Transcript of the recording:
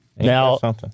Now